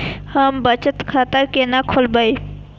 हम बचत खाता केना खोलैब?